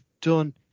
done